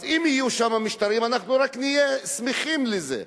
אז אם יהיו שם משטרים, אנחנו רק נשמח על זה.